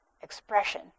expression